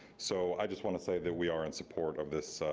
so i just want to say that we are in support of this,